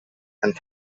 and